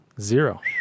Zero